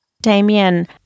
Damien